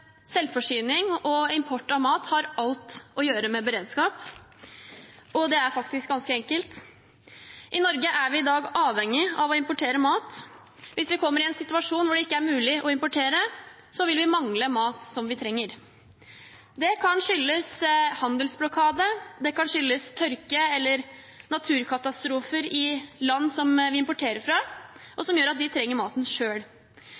selvforsyning og import av mat har alt å gjøre med beredskap, og det er faktisk ganske enkelt: I Norge er vi i dag avhengige av å importere mat. Hvis vi kommer i en situasjon der det ikke er mulig å importere, vil vi mangle mat som vi trenger. Det kan skyldes handelsblokade, eller det kan skyldes tørke eller naturkatastrofer i land som vi importerer fra, og